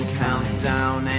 countdown